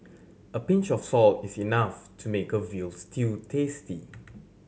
a pinch of salt is enough to make a veal stew tasty